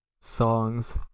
Songs